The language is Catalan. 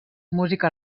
música